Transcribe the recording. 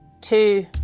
Two